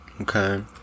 Okay